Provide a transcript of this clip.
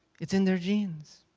it's in their genes,